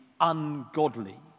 ungodly